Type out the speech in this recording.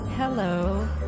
Hello